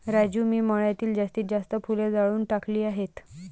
राजू मी मळ्यातील जास्तीत जास्त फुले जाळून टाकली आहेत